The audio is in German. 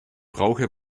brauche